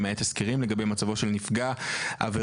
למעט תסקירים לגבי מצבו של נפגע עבירה